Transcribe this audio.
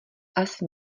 asi